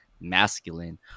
masculine